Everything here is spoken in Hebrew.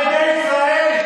על מי את מגינה, על ילדי ישראל?